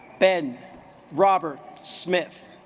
been robert smith